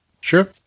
Sure